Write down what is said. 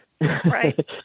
right